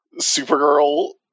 Supergirl